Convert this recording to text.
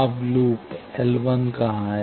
अब loop L कहां है